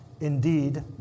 indeed